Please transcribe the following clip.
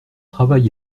travail